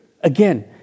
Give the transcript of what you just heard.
again